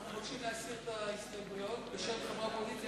עד סעיף 9 אנחנו מבקשים להסיר את ההסתייגויות בשם חברי הקואליציה.